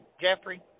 Jeffrey